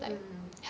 mm